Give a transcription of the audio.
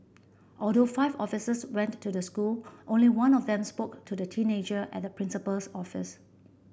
although five officers went to the school only one of them spoke to the teenager at the principal's office